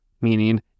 meaning